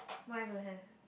mine don't have